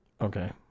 Okay